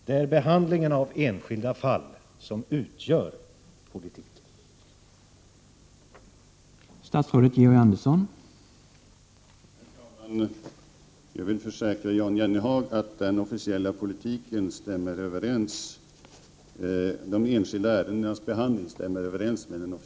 Det är behandlingen av enskilda fall som utgör politiken.